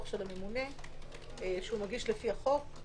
של הממונה שהוא מגיש לנו לפי החוק.